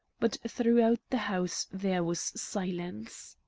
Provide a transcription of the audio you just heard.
but throughout the house there was silence.